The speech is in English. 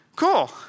cool